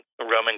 Roman